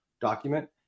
document